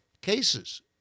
cases